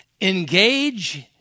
engage